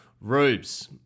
Rubes